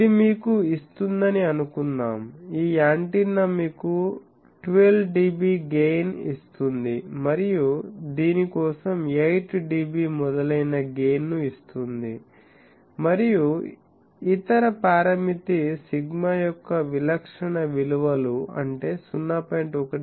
ఇది మీకు ఇస్తుందని అనుకుందాం ఈ యాంటెన్నా మీకు 12 dB గెయిన్ ఇస్తుంది మరియు దీని కోసం 8 dB మొదలైన గెయిన్ ను ఇస్తుంది మరియు ఇతర పారామితి సిగ్మా యొక్క విలక్షణ విలువలు అంటే 0